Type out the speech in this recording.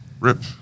Rip